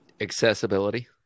accessibility